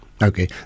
Okay